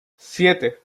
siete